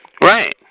Right